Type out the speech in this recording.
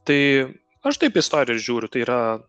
tai aš taip į istoriją žiūriu tai yra